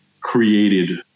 created